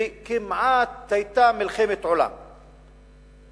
וכמעט היתה מלחמת עולם על